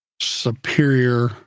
superior